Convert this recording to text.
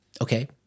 Okay